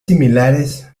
similares